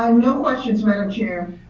um no questions, madam chair.